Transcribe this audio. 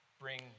bring